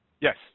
Yes